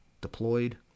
deployed